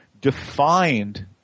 defined